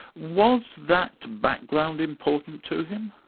was that background important to him?